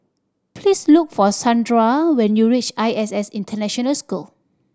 please look for Shandra when you reach I S S International School